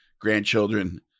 grandchildren